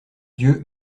dieux